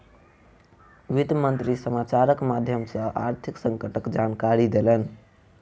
वित्त मंत्री समाचारक माध्यम सॅ आर्थिक संकटक जानकारी देलैन